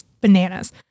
bananas